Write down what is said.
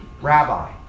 rabbi